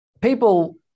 people